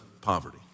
poverty